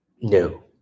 No